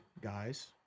guys